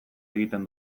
egiten